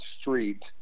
street